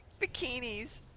bikinis